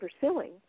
pursuing